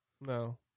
No